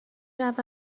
رود